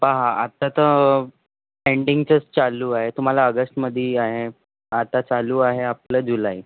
पहा आत्ता तर एंडिंगचं चालू आहे तुम्हाला आगष्टमध्ये आहे आता चालू आहे आपलं जुलै